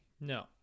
No